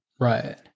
right